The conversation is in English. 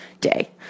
day